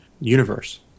universe